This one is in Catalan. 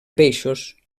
peixos